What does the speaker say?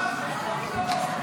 לא נתקבלה.